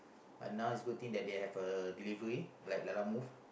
and now it's good thing they have delivery like Lalamove